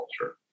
culture